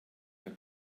der